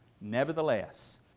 Nevertheless